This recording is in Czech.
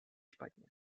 špatně